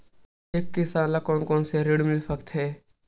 एक किसान ल कोन कोन से ऋण मिल सकथे?